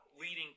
leading